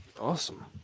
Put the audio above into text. Awesome